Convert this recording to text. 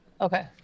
Okay